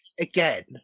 again